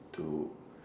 to